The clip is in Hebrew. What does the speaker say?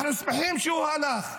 אנחנו שמחים שהוא הלך,